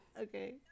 Okay